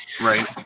Right